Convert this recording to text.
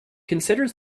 considers